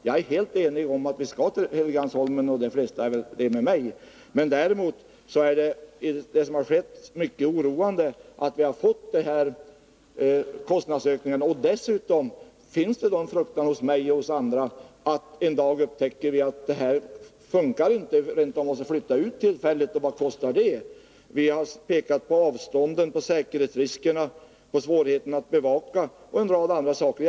Jag och de flesta andra är väl helt eniga om att vi skall flytta till Helgeandsholmen. Men att vi har fått dessa kostnadsökningar är mycket oroande. Dessutom finns det hos mig och hos andra en fruktan för att vi en dag skall upptäcka att det inte fungerar och att vi rent av måste flytta ut tillfälligt. Och vad kostar det? Vi har pekat på avstånden, säkerhetsriskerna, svårigheterna att bevaka och en rad andra saker.